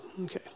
okay